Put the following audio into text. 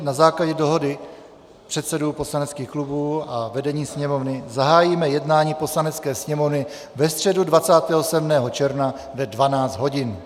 Na základě dohody předsedů poslaneckých klubů a vedení Sněmovny zahájíme jednání Poslanecké sněmovny ve středu 27. června ve 12 hodin.